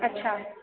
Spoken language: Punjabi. ਅੱਛਾ